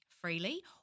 freely